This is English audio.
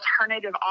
alternative